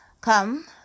Come